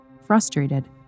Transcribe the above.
Frustrated